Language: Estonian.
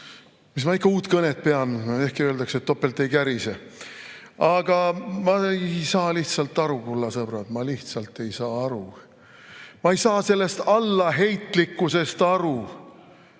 mis ma ikka uut kõnet pean, ehkki öeldakse, et topelt ei kärise. Aga ma ei saa lihtsalt aru, kulla sõbrad. Ma lihtsalt ei saa aru! Ma ei saa aru sellest allaheitlikkusest,